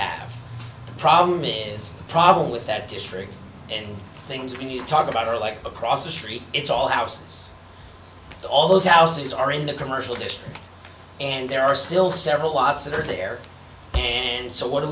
have a problem it is a problem with that district and things when you talk about are like across the street it's all houses all those houses are in the commercial district and there are still several lots that are there and so what do